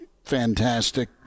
fantastic